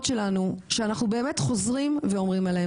שלנו שאנחנו באמת חוזרים ואומרים אותן.